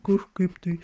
kur kaip tai